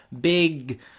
big